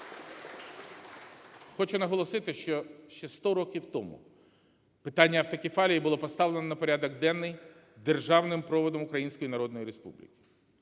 Хочу наголосити, що ще 100 років тому питання автокефалії було поставлено на порядок денний державним проводом Української Народної Республіки.